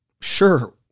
sure